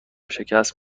شکست